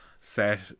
set